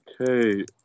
Okay